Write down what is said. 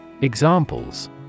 Examples